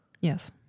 Yes